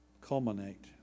culminate